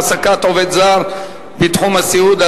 העסקת עובד זר בתחום הסיעוד),